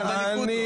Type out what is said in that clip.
רק בליכוד לא.